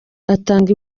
atanga